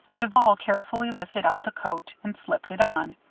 duval carefully lifted out the coat and slipped it on.